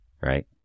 right